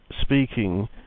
speaking